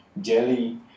jelly